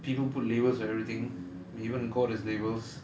people put labels for everything even called as labels